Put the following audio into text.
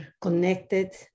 connected